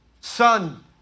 Son